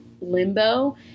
limbo